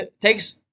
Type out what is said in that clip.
takes